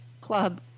club